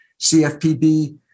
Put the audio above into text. CFPB